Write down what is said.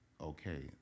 okay